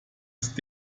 ist